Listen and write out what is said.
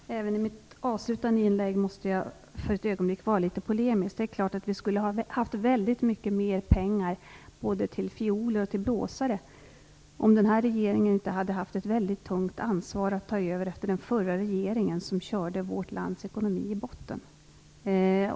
Fru talman! Även i mitt avslutande inlägg måste jag för ett ögonblick vara litet polemisk. Det är klart att vi skulle ha haft väldigt mycket mer pengar, både till fioler och till blåsare, om regeringen inte hade haft ett väldigt tungt ansvar att ta över efter den förra regeringen, som körde vårt lands ekonomi i botten.